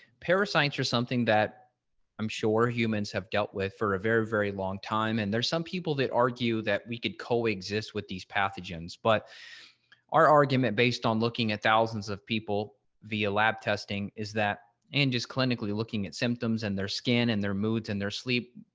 parasites are something that i'm sure humans have dealt with for a very, very long time. and there's some people that argue that we could coexist with these pathogens. but our argument based on looking at thousands of people via lab testing is that and just clinically looking at symptoms and their skin and their moods and their sleep.